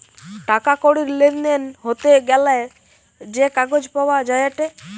টাকা কড়ির লেনদেন হতে গ্যালে যে কাগজ পাওয়া যায়েটে